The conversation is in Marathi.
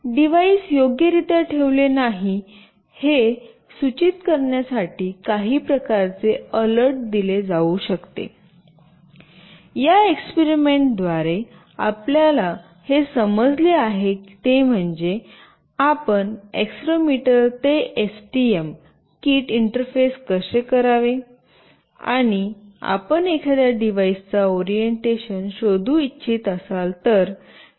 डिव्हाइस योग्य रित्या ठेवले नाही हे सूचित करण्यासाठी काही प्रकारचे अलर्ट दिले जाऊ शकते या एक्सपेरिमेंट द्वारे आम्हाला जे समजले आहे ते म्हणजे आपण एक्सेलेरोमीटर ते एसटीएम किट इंटरफेस कसे करावे आणि आपण एखाद्या डिव्हाइसचा ओरिएंटेशन शोधू इच्छित असाल तर